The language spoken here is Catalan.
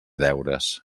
deures